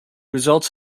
results